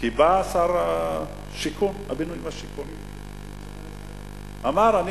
כי בא שר הבינוי והשיכון ואמר: אני